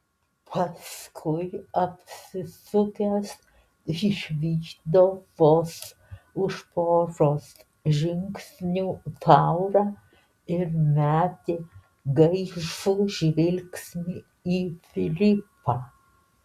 paskui apsisukęs išvydo vos už poros žingsnių laurą ir metė gaižų žvilgsnį į filipą